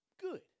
good